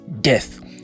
death